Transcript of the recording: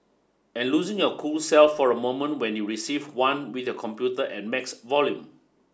and losing your cool self for a moment when you receive one with your computer at max volume